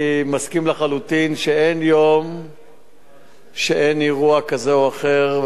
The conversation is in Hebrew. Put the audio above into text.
אני מסכים לחלוטין שאין יום שאין אירוע כזה או אחר,